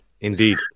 Indeed